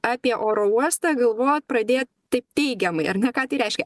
apie oro uostą galvot pradė taip teigiamai ar ne ką tai reiškia